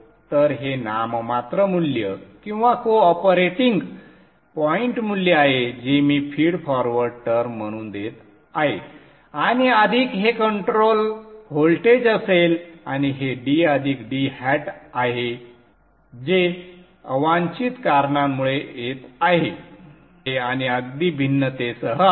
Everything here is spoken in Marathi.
तर हे नाममात्र मूल्य किंवा कोऑपरेटिंग पॉइंट मूल्य आहे जे मी फीड फॉरवर्ड टर्म म्हणून देत आहे आणि अधिक हे कंट्रोल व्होल्टेज असेल आणि हे d अधिक d hat आहे जे अवांछित कारणांमुळे येत आहे आणि अगदी भिन्नतेसह आहे